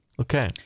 okay